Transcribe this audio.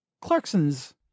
Clarkson's